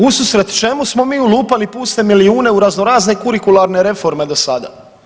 Ususret čemu smo mi ulupali puste milijune u razno razne kurikularne reforme do sada?